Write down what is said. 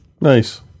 Nice